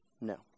No